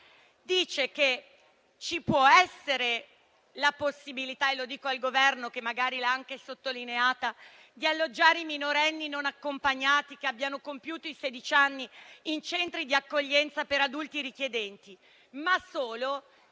dice che ci può essere la possibilità - e lo dico al Governo, che magari l'ha anche sottolineata - di alloggiare i minorenni non accompagnati che abbiano compiuto sedici anni in centri di accoglienza per adulti richiedenti, ma solo